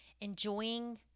enjoying